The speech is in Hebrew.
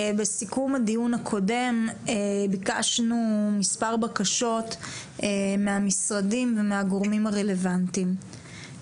בסיכום הדיון הקודם ביקשנו מספר בקשות מהמשרדים ומהגורמים הרלוונטיים.